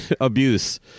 abuse